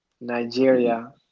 Nigeria